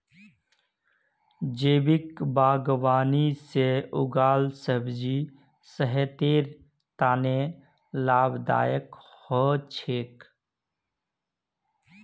जैविक बागवानी से उगाल सब्जी सेहतेर तने लाभदायक हो छेक